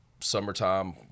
summertime